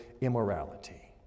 immorality